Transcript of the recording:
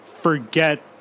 Forget